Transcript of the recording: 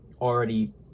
Already